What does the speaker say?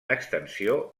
extensió